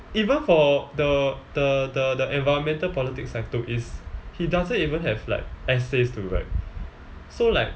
even for the the the the the environmental politics I took it's he doesn't even have like essays to write so like